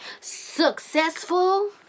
successful